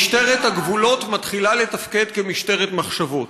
משטרת הגבולות מתחילה לתפקד כמשטרת מחשבות.